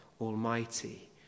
Almighty